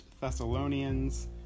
Thessalonians